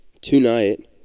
Tonight